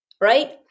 right